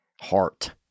heart